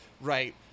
right